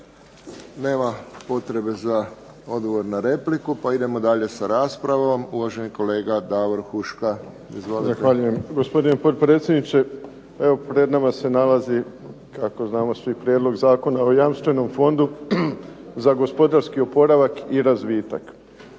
Nema potrebe za odgovor na repliku, pa idemo dalje sa raspravom. Uvaženi kolega Davor Huška. Izvolite. **Huška, Davor (HDZ)** Zahvaljujem gospodine potpredsjedniče. Evo, pred nama se nalazi kako znamo svi Prijedlog zakona o jamstvenom fondu za gospodarski oporavak i razvitak.